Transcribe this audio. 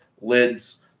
lids